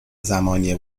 زمانی